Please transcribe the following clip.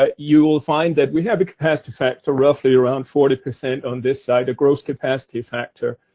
ah you'll find that we have a capacity factor roughly around forty percent, on this side, a gross capacity factor.